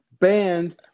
banned